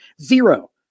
zero